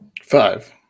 Five